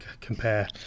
compare